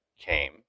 came